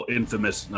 infamous